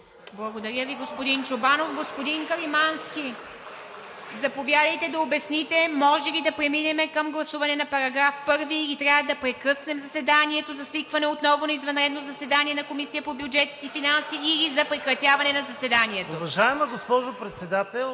Благодаря Ви, господин Чобанов. Господин Каримански, заповядайте да обясните може ли да преминем към гласуване на § 1, или трябва да прекъснем заседанието за свикване отново на извънредно заседание на Комисията по бюджет и финанси, или за прекратяване на заседанието?